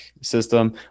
system